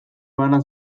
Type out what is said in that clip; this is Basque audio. bana